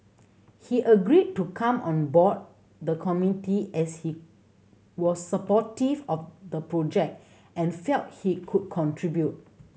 he agreed to come on board the committee as he was supportive of the project and felt he could contribute